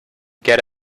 get